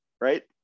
right